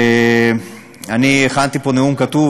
אני הכנתי נאום כתוב,